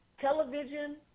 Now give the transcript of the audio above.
television